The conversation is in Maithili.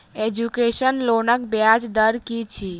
एजुकेसन लोनक ब्याज दर की अछि?